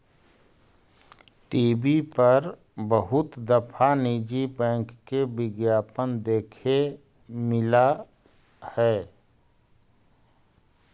TV पर बहुत दफा निजी बैंक के विज्ञापन देखे मिला हई